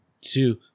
two